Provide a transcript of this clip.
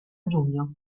giugno